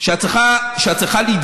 שאת צריכה להתבייש.